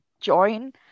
join